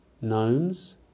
gnomes